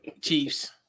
Chiefs